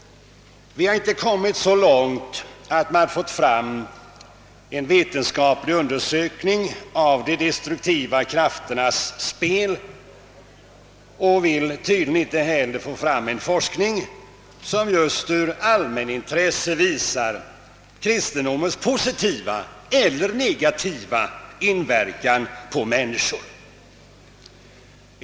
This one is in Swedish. Vi har inte kommit så långt att vi har kunnat verkställa en vetenskaplig undersökning av de destruktiva krafternas spel. Tydligen vill man inte heller få till stånd en forskning som just från allmänintressets synpunkt visar kristendomens positiva eller negativa inverkan på människor.